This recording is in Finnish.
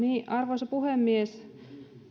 arvoisa puhemies